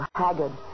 haggard